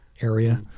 area